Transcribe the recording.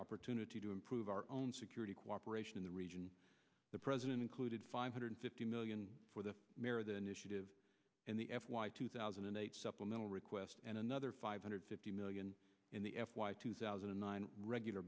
opportunity to improve our own security cooperation in the region the president included five hundred fifty million for the mirror the initiative and the f y two thousand and eight supplemental request and another five hundred fifty million in the f y two thousand and nine regular